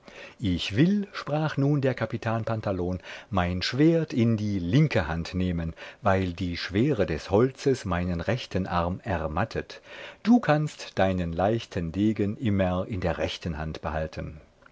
ich will sprach nun der capitan pantalon mein schwert in die linke hand nehmen weil die schwere des holzes meinen rechten arm ermattet du kannst deinen leichten degen immer in der rechten hand behalten